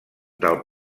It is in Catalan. del